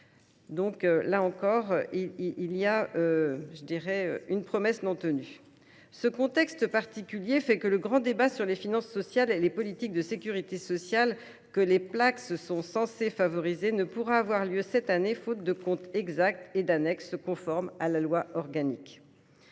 Là encore, il s’agit de promesses non tenues. En raison de ce contexte particulier, le grand débat sur les finances sociales et les politiques de sécurité sociale que les Placss sont censés favoriser ne pourra avoir lieu cette année, faute de comptes exacts et d’annexes conformes à la loi organique.